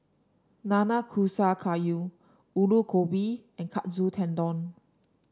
Nanakusa Gayu Alu Gobi and Katsu Tendon